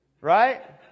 Right